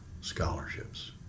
scholarships